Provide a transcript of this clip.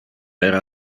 era